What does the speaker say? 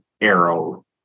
arrow